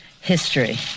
history